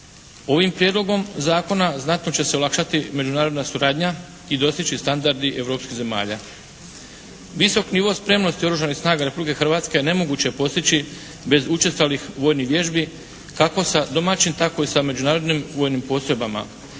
Ovim Prijedlogom zakona znatno će se olakšati međunarodna suradnja i dostići standardi europskih zemalja. Visok nivo spremnosti oružanih snaga Republike Hrvatske nemoguće je postići bez učestalih vojnih vježbi kako sa domaćim tako i sa međunarodnim vojnim postrojbama.